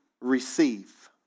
receive